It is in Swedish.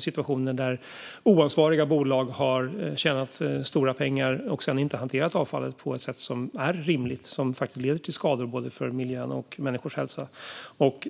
situationer där oansvariga bolag har tjänat stora pengar och sedan inte hanterat avfallet på ett sätt som är rimligt utan på ett sätt som leder till skador på både miljön och människors hälsa.